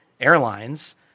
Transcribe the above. airlines